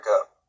up